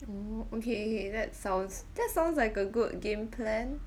oo okay okay that sounds that sounds like a good game plan